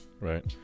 right